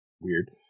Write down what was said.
weird